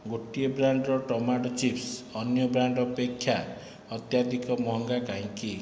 ଗୋଟିଏ ବ୍ରାଣ୍ଡ୍ର tomato chips ଅନ୍ୟ ବ୍ରାଣ୍ଡ୍ ଅପେକ୍ଷା ଅତ୍ୟଧିକ ମହଙ୍ଗା କାହିଁକି